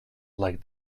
like